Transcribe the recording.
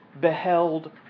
beheld